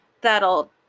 that'll